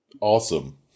Awesome